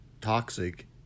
toxic